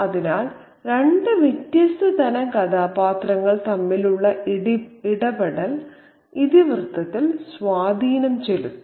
അതിനാൽ രണ്ട് വ്യത്യസ്ത തരം കഥാപാത്രങ്ങൾ തമ്മിലുള്ള ഇടപെടൽ ഇതിവൃത്തത്തിൽ സ്വാധീനം ചെലുത്തും